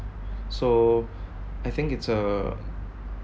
so I think it's a